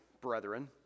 brethren